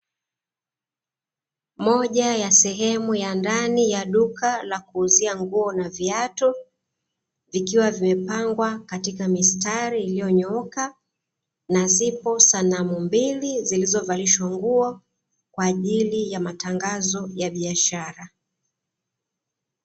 Moja ya sehemu ya ndani ya duka la kuuzia nguo na viatu, vikiwa vimepangwa katika mistari iliyonyooka, na zipo sanamu mbili zilizovalishwa nguo kwa ajili ya matangazo ya biashara.